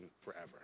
forever